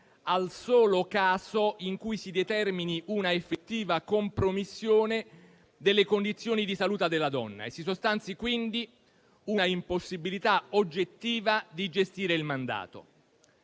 al solo caso in cui si determini una effettiva compromissione delle condizioni di salute della donna e si sostanzi quindi una impossibilità oggettiva di gestire il mandato.